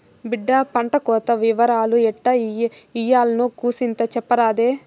బిడ్డా పంటకోత ఇవరాలు ఎట్టా ఇయ్యాల్నో కూసింత సెప్పరాదే